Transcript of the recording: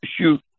shoot